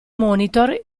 monitor